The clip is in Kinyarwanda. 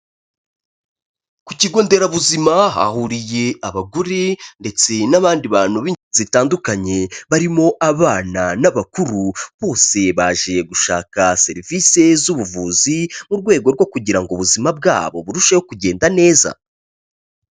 Ku kigo nderabuzima, hahuriye abagore ndetse n'abandi bantu b'ingeri zitandukanye, barimo abana n'abakuru, bose baje gushaka serivise z'ubuvuzi mu rwego rwo kugira ngo ubuzima bwabo burusheho kugenda neza.